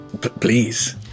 Please